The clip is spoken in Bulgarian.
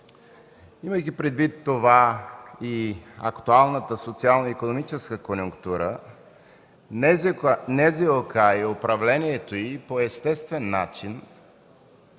Имайки предвид това и актуалната социално-икономическа конюнктура, НЗОК и управлението й по естествен начин